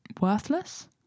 worthless